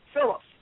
Phillips